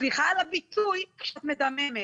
סליחה על הביטוי כשאת מדממת.